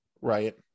Right